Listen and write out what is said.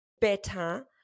better